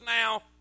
now